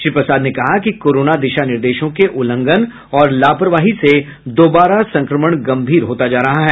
श्री प्रसाद ने कहा कि कोरोना दिशा निर्देशों के उल्लंघन और लापरवाही से दोबारा संक्रमण गंभीर होता जा रहा है